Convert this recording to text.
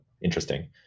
interesting